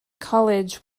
college